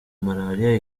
malariya